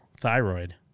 thyroid